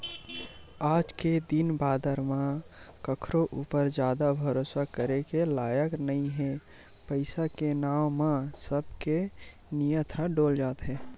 आज के दिन बादर म कखरो ऊपर जादा भरोसा करे के लायक नइ हे पइसा के नांव म सब के नियत ह डोल जाथे